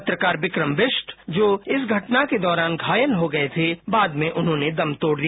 पत्रकार विक्रम बिस्ट जो इस घटना के दौरान घायल हो गए थे बाद में उन्होंने दम तोड़ दिया